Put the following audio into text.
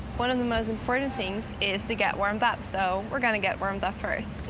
one of the most important things is to get warmed up, so we're going to get warmed up first.